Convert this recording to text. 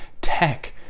tech